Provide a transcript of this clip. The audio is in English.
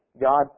God